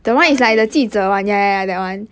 oh 那个媒体